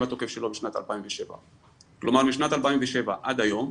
התוקף של בשנת 2007. כלומר משנת 2007 עד היום,